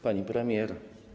Pani Premier!